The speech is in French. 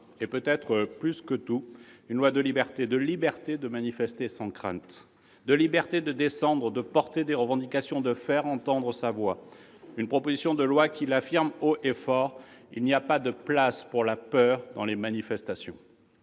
et peut-être plus que tout, c'est un texte de libertés : liberté de manifester sans crainte ; liberté de descendre dans la rue, d'exprimer des revendications, de faire entendre sa voix. Cette proposition de loi l'affirme haut et fort : il n'y a pas de place pour la peur dans les manifestations.